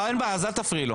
אז אל תפריעי לו.